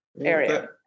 area